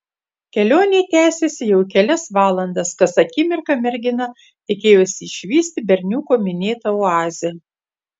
kelionė tęsėsi jau kelias valandas kas akimirką mergina tikėjosi išvysti berniuko minėtą oazę